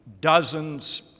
dozens